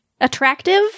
Attractive